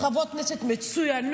חברות כנסת מצוינות,